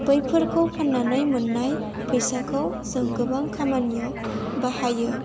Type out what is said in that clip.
बैफोरखौ फाननानै मोननाय फैसाखौ जों गोबां खामानियाव बाहायो